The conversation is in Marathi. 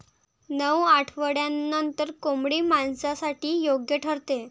नऊ आठवड्यांनंतर कोंबडी मांसासाठी योग्य ठरते